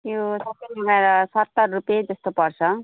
त्यो सबै मिलाएर सत्तर रुपियाँ जस्तो पर्छ